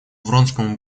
вронскому